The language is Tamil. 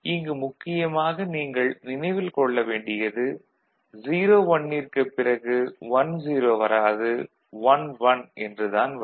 இங்கு முக்கியமாக நீங்கள் நினைவில் கொள்ள வேண்டியது 01 ற்கு பிறகு 10 வராது 11 என்று தான் வரும்